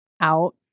out